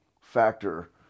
factor